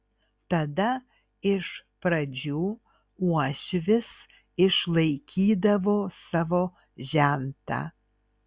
tada iš pradžių uošvis išlaikydavo savo žentą